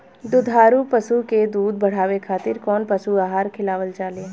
दुग्धारू पशु के दुध बढ़ावे खातिर कौन पशु आहार खिलावल जाले?